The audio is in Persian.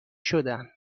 شدن